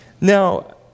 Now